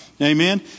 Amen